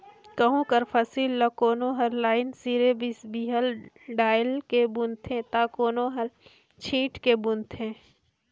गहूँ कर फसिल ल कोनो हर लाईन सिरे बीहन डाएल के बूनथे ता कोनो हर छींट के बूनथे